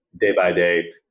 day-by-day